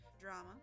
drama